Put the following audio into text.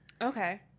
Okay